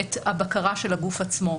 את הבקרה של הגוף עצמו.